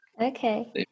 okay